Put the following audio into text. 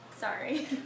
Sorry